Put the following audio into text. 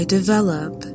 develop